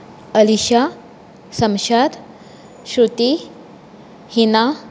Alisha Samshad Shruti Hina